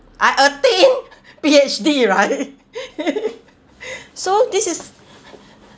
I attain P_H_D right so this is